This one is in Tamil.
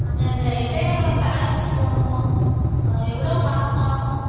நாங்கள் இந்த எட்டயபுரம் பேலஸுக்கு போகணும் எவ்வளோ காஸ்ட்டு ஆகும்